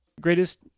Greatest